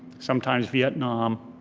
sometimes vietnam,